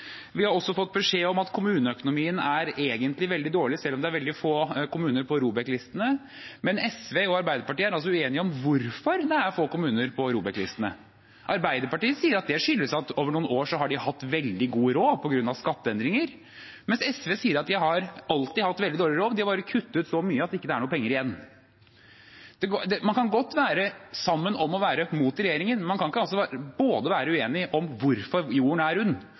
Vi har også fått beskjed om at kommuneøkonomien egentlig er veldig dårlig, selv om det er veldig få kommuner på ROBEK-listen. Men SV og Arbeiderpartiet er uenige om hvorfor det er få kommuner på ROBEK-listen. Arbeiderpartiet sier at det skyldes at de over noen år har hatt veldig god råd på grunn av skatteendringer, mens SV sier at de alltid har hatt veldig dårlig råd, de har bare kuttet så mye at det ikke er noen penger igjen. Man kan godt være sammen om å være imot regjeringen, men man kan ikke være uenige om hvorfor jorda er